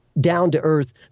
down-to-earth